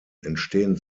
entstehen